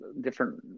different